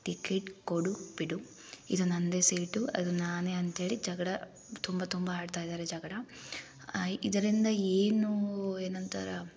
ticket ಕೊಡು ಬಿಡು ಇದು ನಂದೇ ಸೀಟು ಅದು ನಾನೇ ಅಂತೇಳಿ ಜಗಳ ತುಂಬ ತುಂಬ ಆಡ್ತಾಯಿದಾರೆ ಜಗಳ ಇದರಿಂದ ಏನೂ ಏನಂತಾರೆ